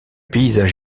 paysage